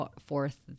forth